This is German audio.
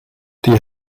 die